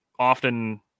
often